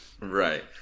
Right